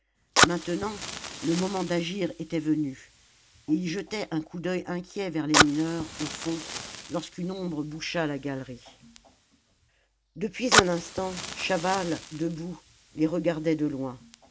maintenant le moment d'agir était venu et il jetait un coup d'oeil inquiet vers les mineurs au fond lorsqu'une ombre boucha la galerie depuis un instant chaval debout les regardait de loin